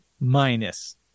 minus